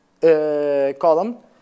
column